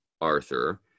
Arthur